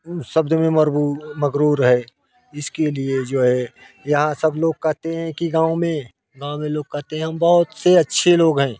शब्द में मगरूर है इसके लिए जो है यहाँ सब लोग कहते हैं कि गाँव में गाँव में लोग कहते है हम बहुत से अच्छे लोग हैं